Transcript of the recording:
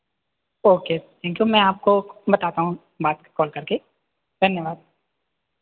okay thank you मैं आपको बताता हूँ बात कॉल करके धन्यवाद